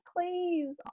please